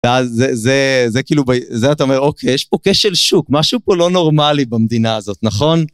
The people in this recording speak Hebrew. ואז זה, זה כאילו, זה אתה אומר, אוקיי, יש פה כשל שוק, משהו פה לא נורמלי במדינה הזאת, נכון?